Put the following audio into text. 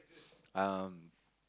um